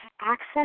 access